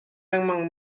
lengmang